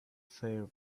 fair